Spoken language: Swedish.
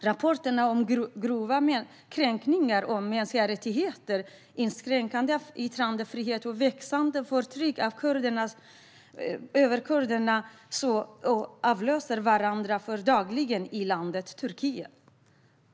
Rapporterna om grova kränkningar av mänskliga rättigheter, inskränkningar av yttrandefrihet och ett växande förtryck av kurderna avlöser varandra dagligen i landet Turkiet.